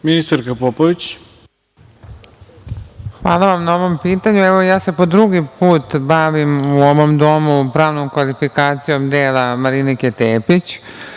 **Maja Popović** Hvala vam na ovom pitanju. Evo ja se po drugi put bavim u ovom damu pravnom kvalifikacijom dela Marinike Tepić,